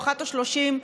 או 13:30,